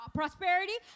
prosperity